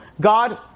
God